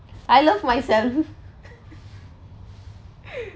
I love myself